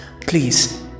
Please